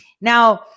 Now